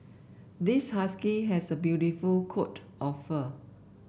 this husky has a beautiful coat of fur